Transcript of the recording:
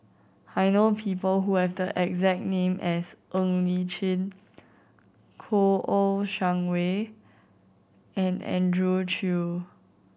I know people who have the exact name as Ng Li Chin Kouo Shang Wei and Andrew Chew